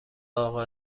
اقا